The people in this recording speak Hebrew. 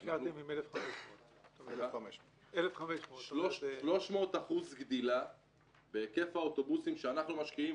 1,500. 300% גידול בהיקף האוטובוסים שאנחנו משקיעים,